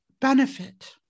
benefit